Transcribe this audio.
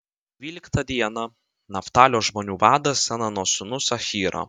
dvyliktą dieną naftalio žmonių vadas enano sūnus ahyra